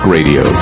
Radio